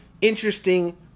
interesting